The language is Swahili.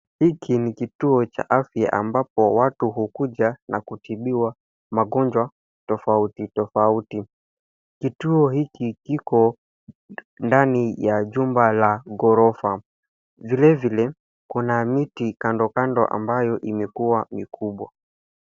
Hiki ni kituo cha afya ambapo watu hukuja na kutibiwa magonjwa tofauti, tofauti. Kituo hiki kiko ndani ya jumba la ghorofa. Vilevile kuna miti kando, kando ambayo imekua mikubwa.